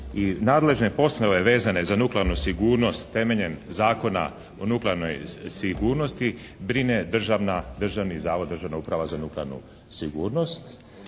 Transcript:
nadležne poslove vezane za nuklearnu sigurnost temeljem Zakona o nuklearnoj sigurnosti brine Državni zavod, Državna uprava za nuklearnu sigurnost.